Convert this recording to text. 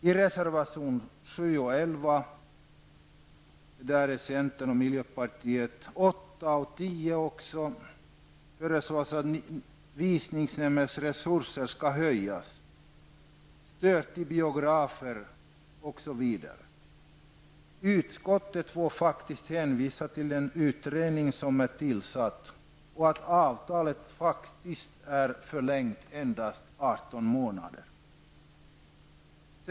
I reservationerna nr 7, 8, 10 och 11 föreslås att visningsnämndens resurser skall ökas, stöd till biografer osv. Utskottet får faktiskt hänvisa till den utredning som är tillsatt och att avtalet är förlängt endast 18 månader.